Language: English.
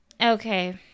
Okay